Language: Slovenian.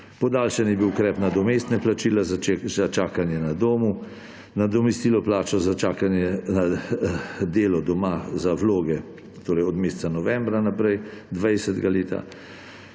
Podaljšan je bil ukrep nadomestnega plačila za čakanje na domu, nadomestilo plače za čakanje na delo doma za vloge od meseca novembra 2020. leta